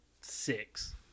Six